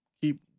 keep